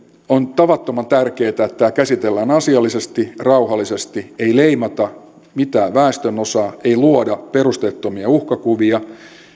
on tavattoman tärkeää että tämä käsitellään asiallisesti rauhallisesti ei leimata mitään väestönosaa ei luoda perusteettomia uhkakuvia